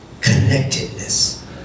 connectedness